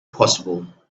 possible